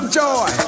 joy